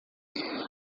quando